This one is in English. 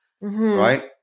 Right